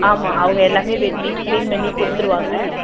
ஆமாம் அவங்க எல்லாமே வெட்டி க்ளீன் பண்ணி கொடுத்துருவாங்க